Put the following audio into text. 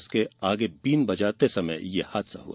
उसके आगे बीन बजाते समय यह हादसा हुआ